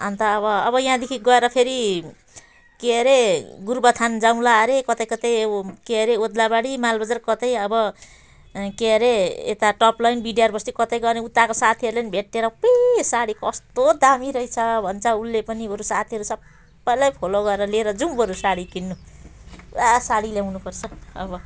अन्त अब अब यहाँदेखि गएर फेरि के हरे गोरुबथान जाउँला हरे कतै कतै के हरे ओदलाबाडी माल बजार कतै अब के हरे यता टप लाइन बिडिआर बस्ती कतै गएर उताको साथीहरू भेटेर अपुइ यो साडी कस्तो दामी रहेछ भन्छ उसले पनि अरू सब साथीहरूलाई फलो गरेर लिएर जाऊँ बरु साडी किन्नु पुरा साडी ल्याउनु पर्छ अब